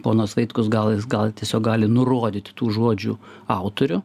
ponas vaitkus gal jis gal tiesiog gali nurodyti tų žodžių autorių